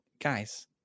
guys